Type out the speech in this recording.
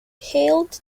hailed